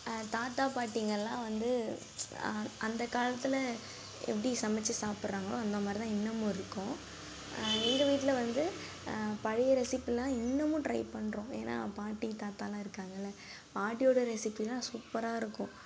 தாத்தா பாட்டிங்கெல்லாம் வந்து அந்த காலத்தில் எப்படி சமைச்சி சாப்பிட்றாங்களோ அந்த மாதிரி தான் இன்னுமும் இருக்கோம் எங்கள் வீட்டில் வந்து பழைய ரெசிப்பிலெல்லாம் இன்னுமும் ட்ரை பண்ணுறோம் ஏன்னால் பாட்டி தாத்தாவெல்லாம் இருக்காங்கள்லே பாட்டியோடய ரெசிப்பியெல்லாம் சூப்பராக இருக்கும்